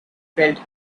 felt